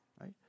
right